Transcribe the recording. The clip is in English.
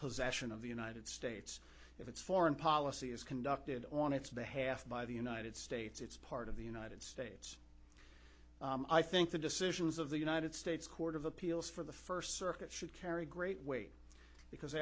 possession of the united states if its foreign policy is conducted on its behalf by the united states it's part of the united states i think the decisions of the united states court of appeals for the first circuit should carry great weight because